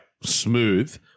smooth